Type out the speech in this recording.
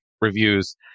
reviews